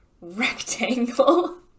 rectangle